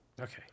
Okay